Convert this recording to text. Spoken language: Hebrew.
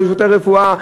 לשירותי הרפואה,